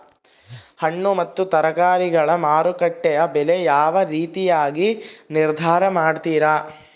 ಹಣ್ಣು ಮತ್ತು ತರಕಾರಿಗಳ ಮಾರುಕಟ್ಟೆಯ ಬೆಲೆ ಯಾವ ರೇತಿಯಾಗಿ ನಿರ್ಧಾರ ಮಾಡ್ತಿರಾ?